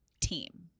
team